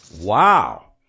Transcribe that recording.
Wow